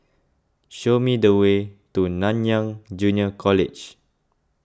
show me the way to Nanyang Junior College